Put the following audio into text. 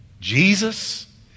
Jesus